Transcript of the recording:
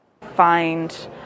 find